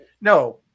No